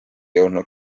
jõudnud